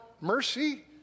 mercy